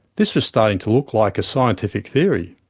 this was starting to look like a scientific theory.